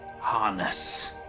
harness